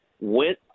went